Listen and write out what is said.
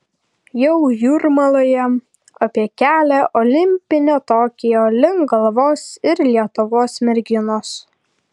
jau jūrmaloje apie kelią olimpinio tokijo link galvos ir lietuvos merginos